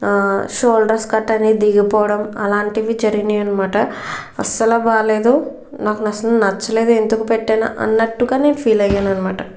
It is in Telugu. షోల్డర్స్ కట్ అనేది దిగిపోవడం అలాంటివి జరిగినాయి అనమాట అస్సలు బాగా లేదు నాకు అస్సలు నచ్చలేదు ఎందుకు పెట్టాను అన్నట్టుగా నేను ఫీల్ అయ్యాను అనమాట